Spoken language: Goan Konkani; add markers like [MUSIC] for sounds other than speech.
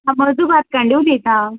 अ म्हण तुका [UNINTELLIGIBLE]